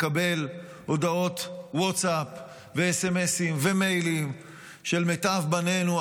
מקבל הודעות ווטסאפ וסמ"סים ומיילים של מיטב בנינו,